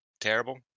terrible